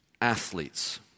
athletes